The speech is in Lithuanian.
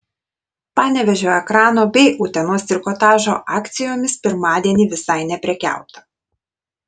panevėžio ekrano bei utenos trikotažo akcijomis pirmadienį visai neprekiauta